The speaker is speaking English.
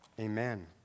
Amen